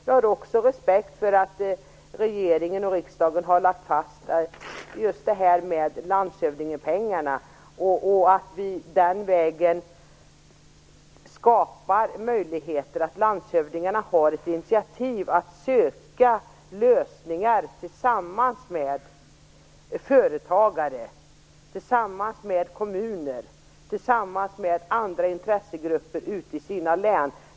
Jag har också respekt för att regeringen och riksdagen har lagt fast förslaget om landshövdingepengarna och att vi den vägen skapar möjligheter. Landshövdingarna har initiativet. De skall söka lösningar tillsammans med företagare, kommuner och andra intressegrupper ute i sina län.